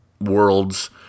worlds